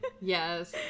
Yes